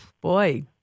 Boy